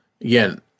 Again